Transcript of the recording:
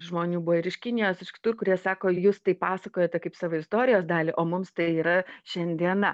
žmonių buvo ir iš kinijos iš kitur kurie sako jūs tai pasakojate kaip savo istorijos dalį o mums tai yra šiandiena